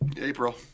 April